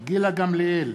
גילה גמליאל,